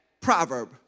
proverb